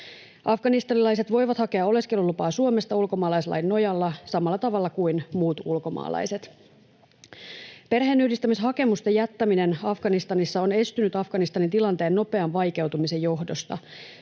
Afganistanilaiset voivat hakea oleskelulupaa Suomesta ulkomaalaislain nojalla samalla tavalla kuin muut ulkomaalaiset. Perheenyhdistämishakemusten jättäminen Afganistanissa on estynyt Afganistanin tilanteen nopean vaikeutumisen johdosta.